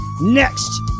next